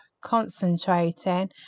concentrating